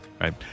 Right